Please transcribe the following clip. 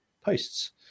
posts